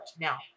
now